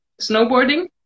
snowboarding